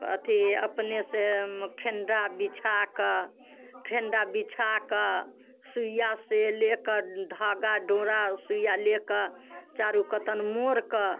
अथी अपने से फेनरा बिछा कऽ फेनरा बिछा कऽ सूइया से लेकर धागा डोरा आ सूइया लेकर चारू कतन मोड़ कऽ